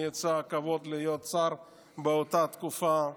לי היה הכבוד להיות שר באותה תקופה.